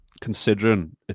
considering